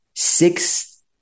six